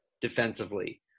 defensively